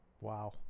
Wow